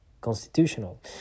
constitutional